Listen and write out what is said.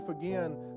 again